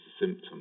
symptoms